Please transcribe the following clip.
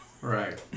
right